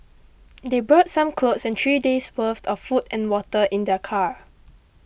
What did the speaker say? they brought some clothes and three days' worth of food and water in their car